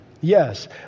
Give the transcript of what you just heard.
yes